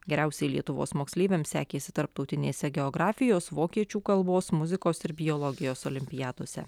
geriausiai lietuvos moksleiviams sekėsi tarptautinėse geografijos vokiečių kalbos muzikos ir biologijos olimpiadose